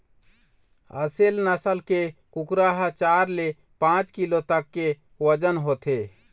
असेल नसल के कुकरा ह चार ले पाँच किलो तक के बजन होथे